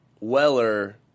Weller